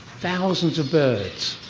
thousands of birds,